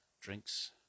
drinks